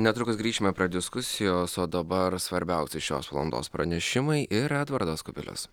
netrukus grįšime prie diskusijos o dabar svarbiausi šios valandos pranešimai ir edvardas kubilius